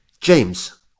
James